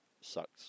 sucks